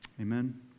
Amen